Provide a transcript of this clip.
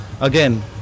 Again